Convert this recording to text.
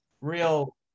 real